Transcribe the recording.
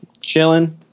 chilling